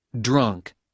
drunk